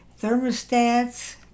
thermostats